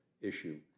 issue